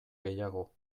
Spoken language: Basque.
gehiago